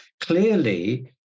clearly